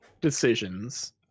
decisions